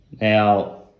Now